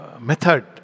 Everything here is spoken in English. method